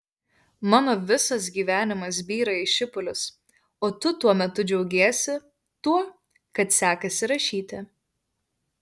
mano visas gyvenimas byra į šipulius o tu tuo metu džiaugiesi tuo kad sekasi rašyti